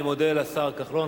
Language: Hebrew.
אני מודה לשר כחלון.